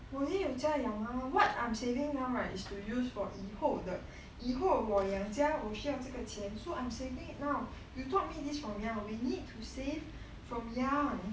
我也有家养啊 what I'm saving now right is to use for 以后的以后我养家我需要这个钱 so I'm saving it now you taught me this from young we need to save from young